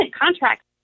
contracts